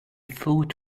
foot